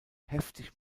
heftig